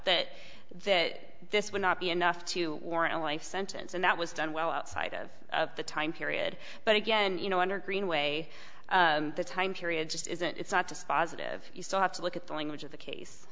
that that this would not be enough to warrant a life sentence and that was done well outside of the time period but again you know under greenway the time period just isn't it's not just positive you still have to look at the language of the case